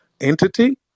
entity